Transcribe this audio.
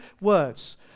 words